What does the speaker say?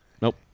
nope